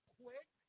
quick